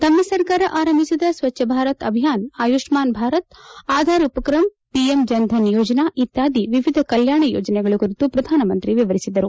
ತಮ್ಮ ಸರ್ಕಾರ ಆರಂಭಿಸಿದ ಸ್ವಚ್ಛಭಾರತ ಅಭಿಯನ ಆಯುಷ್ಮಾನ್ ಭಾರತ್ ಆಧಾರ್ ಉಪ್ತ್ರಮ ಪಿಎಂ ಜನ್ಧನ್ ಯೋಜನಾ ಇತ್ಯಾದಿ ವಿವಿಧ ಕಲ್ಕಾಣ ಯೋಜನೆಗಳ ಕುರಿತು ಪ್ರಧಾನ ಮಂತ್ರಿ ವಿವರಿಸಿದರು